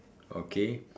okay